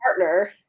partner